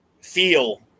feel